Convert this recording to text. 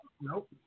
Nope